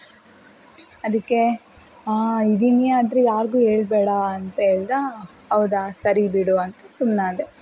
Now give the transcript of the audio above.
ಅದಕ್ಕೆ ಇದ್ದೀನಿ ಆದರೆ ಯಾರಿಗೂ ಹೇಳ್ಬೇಡ ಅಂತ ಹೇಳ್ದ ಹೌದಾ ಸರಿ ಬಿಡು ಅಂತ ಸುಮ್ಮನಾದೆ